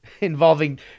involving